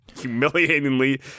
humiliatingly